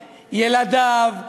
ילדיו,